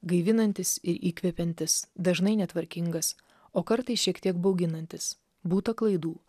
gaivinantis ir įkvepiantis dažnai netvarkingas o kartais šiek tiek bauginantis būta klaidų